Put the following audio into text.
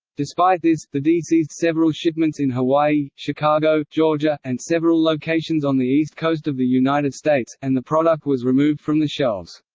despite this, the dea seized several shipments in hawaii, chicago, georgia, and several locations on the east coast of the united states, and the product was removed from the shelves.